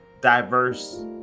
diverse